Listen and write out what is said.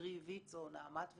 קרי ויצ"ו, נעמת וכדומה,